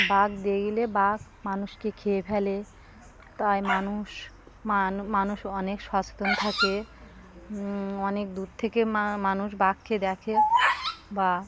বাঘ দেখলে বাঘ মানুষকে খেয়ে ফেলে তাই মানুষ মানুষ অনেক সচেতন থাকে অনেক দূর থেকে মানুষ বাঘকে দেখে বা